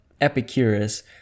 Epicurus